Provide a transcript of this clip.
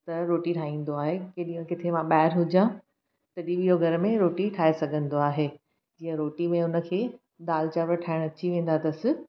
त रोटी ठाहींदो आहे केॾी महिल किथे मां ॿाहिरि हुजा तॾहिं बि इहो घर में रोटी ठाहे सघंदो आहे हीअं रोटी में हुनखे दालि चांवरु ठाहिणु अची वेंदा अथसि